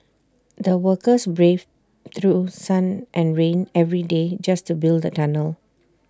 the workers braved through sun and rain every day just to build the tunnel